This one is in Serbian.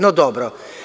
No, dobro.